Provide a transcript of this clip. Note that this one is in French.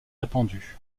répandu